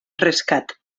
rescat